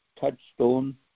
touchstone